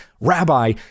Rabbi